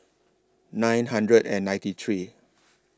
nine hundred and ninety three